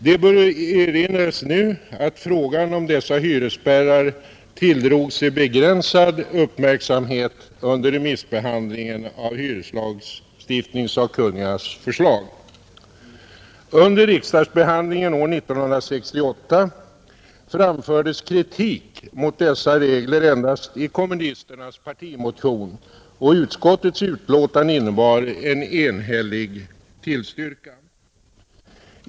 Det bör nu erinras om att frågan om dessa hyresspärrar tilldrog sig begränsad uppmärksamhet under remissbehandlingen av hyreslagstiftningssakkunnigas förslag. Under riksdagsbehandlingen år 1968 framfördes kritik mot dessa regler endast i kommunisternas partimotion, och utskottets utlåtande innebar en enhällig tillstyrkan.